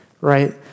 right